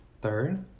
Third